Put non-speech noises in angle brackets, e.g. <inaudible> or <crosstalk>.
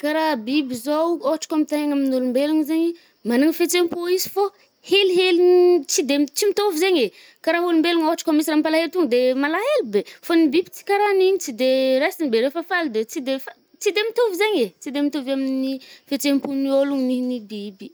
Karaha biby zao, ôhatra kô ampitahaigny amin’olombelogna zaigny, manana fihetsem-po izy fô helihely, <hesitation> tsy de- tsy mitôvy zaigny e, karaha olombelogna ôhatra kô misy raha mampalaelo to de malahelo be. Fô ny biby tsy karaha an’igny, tsy de <hesitation> raisiny be, refa faly de tsy de fa- tsy de mitovy zaigny e, tsy de mitovy amin’ny fietsem-pon’ny ôlogno nen’ny biby.